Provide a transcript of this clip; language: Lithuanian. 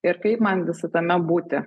ir kaip man visa tame būti